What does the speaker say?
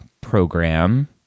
program